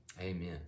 Amen